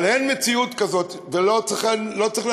אבל אין מציאות כזאת ולא צריך להסכים.